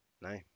no